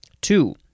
Two